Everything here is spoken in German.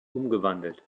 umgewandelt